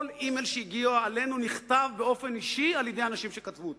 כל אימייל שהגיע אלינו נכתב באופן אישי על-ידי אנשים שכתבו אותו.